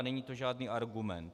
Není to žádný argument.